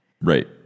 Right